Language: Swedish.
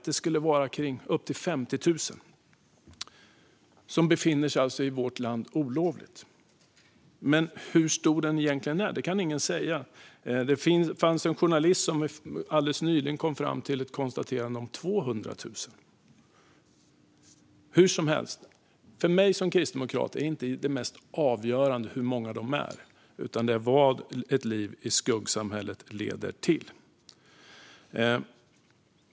Det skulle kunna vara upp till 50 000 som befinner sig i vårt land olovligen. Men hur stor siffran egentligen är kan ingen säga. En journalist kom alldeles nyligen fram till 200 000. Hur som helst, för mig som kristdemokrat är det mest avgörande inte hur många de är utan vad ett liv i skuggsamhället leder till.